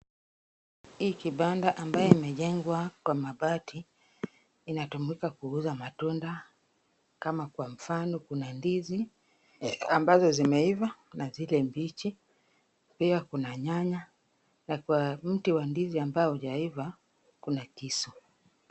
Hii kibanda ambayo imejengwa kwa mabati, inatumika kuuza matunda kama kwa mfano kuna ndizi ambazo zimeiva na zile mbichi pia kuna nyanya na kwa mti wa ndizi ambazo hujaiva, kuna kisu.